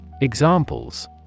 Examples